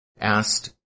asked